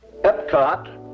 EPCOT